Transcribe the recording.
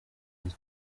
buri